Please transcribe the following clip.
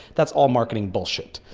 that's all marketing bullshit.